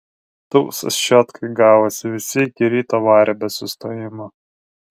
tūsas čiotkai gavosi visi iki ryto varė be sustojimo